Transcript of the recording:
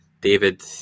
David